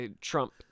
Trump